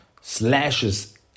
slashes